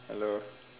hello